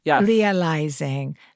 realizing